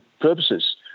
purposes